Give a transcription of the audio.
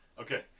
okay